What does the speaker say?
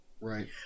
Right